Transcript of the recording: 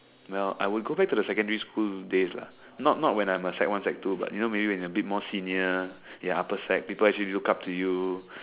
no I will go back to the secondary school days lah not not when I was sec one sec two but you know when you are a bit more senior ya upper sec people actually look up to you